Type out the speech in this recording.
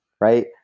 right